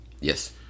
Yes